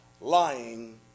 lying